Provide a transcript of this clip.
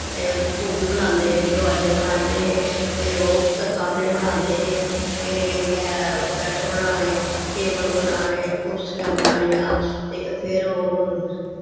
ते ओह् बी बनांदे हे दरोआजे बनांदे हे फिर ओह् तरताने बनांदे हे फिर इ'यै बैड्ड बनाने टेबल बनाने कुरसियां बनानियां ते फिर ओह्